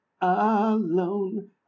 alone